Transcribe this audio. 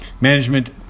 Management